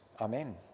Amen